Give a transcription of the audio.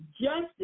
justice